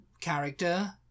character